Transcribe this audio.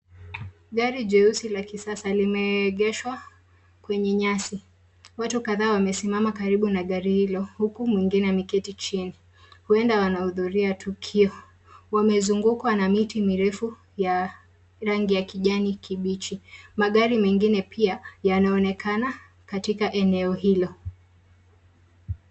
Gari jeusi la kisasa limeegeshwa kwenye nyasi. Watu kadhaa wamesimama karibu na gari hilo huku mwingine ameketi chini. Huenda wanahudhuria tukio. Wamezungukwa na miti mirefu ya rangi ya kijani kibichi. Magari mengine pia yanaonekana katika eneo hilo.